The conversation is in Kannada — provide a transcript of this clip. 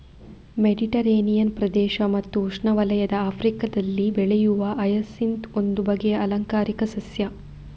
ಮೆಡಿಟರೇನಿಯನ್ ಪ್ರದೇಶ ಮತ್ತು ಉಷ್ಣವಲಯದ ಆಫ್ರಿಕಾದಲ್ಲಿ ಬೆಳೆಯುವ ಹಯಸಿಂತ್ ಒಂದು ಬಗೆಯ ಆಲಂಕಾರಿಕ ಸಸ್ಯ